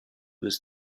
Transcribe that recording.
was